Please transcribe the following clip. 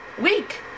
week